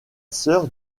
sœur